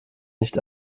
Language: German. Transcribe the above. nicht